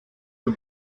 der